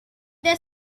their